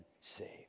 saved